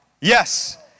Yes